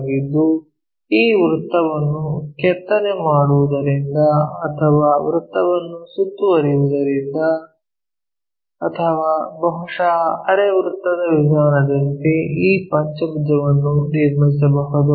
ಆಗಿದ್ದು ಈ ವೃತ್ತವನ್ನು ಕೆತ್ತನೆ ಮಾಡುವುದರಿಂದ ಅಥವಾ ವೃತ್ತವನ್ನು ಸುತ್ತುವರಿಯುವುದರಿಂದ ಅಥವಾ ಬಹುಶಃ ಅರೆ ವೃತ್ತದ ವಿಧಾನದಂತೆ ಈ ಪಂಚಭುಜವನ್ನು ನಿರ್ಮಿಸಬಹುದು